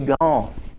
gone